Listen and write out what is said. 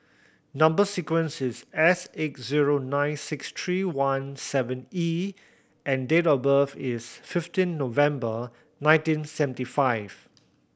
number sequence is S eight zero nine six three one seven E and date of birth is fifteen November nineteen seventy five